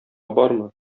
бармы